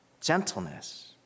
gentleness